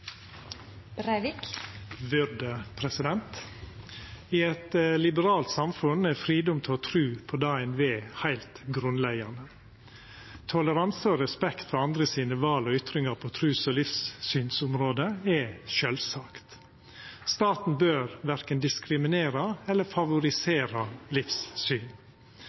fridom til å tru på det ein vil, heilt grunnleggjande. Toleranse og respekt for andre sine val og ytringar på trus- og livssynsområdet er sjølvsagt. Staten bør verken diskriminera eller favorisera livssyn.